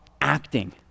acting